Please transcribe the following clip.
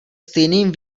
stejným